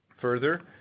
Further